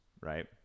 right